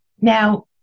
Now